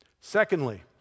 Secondly